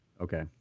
okay